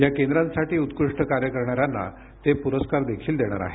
या केंद्रांसाठी उत्कृष्ट कार्य करणाऱ्यांना ते पुरस्कारही देणार आहेत